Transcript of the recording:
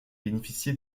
bénéficié